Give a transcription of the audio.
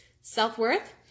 self-worth